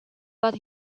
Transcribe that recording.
but